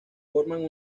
forman